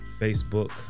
Facebook